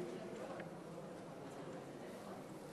והוא יגיד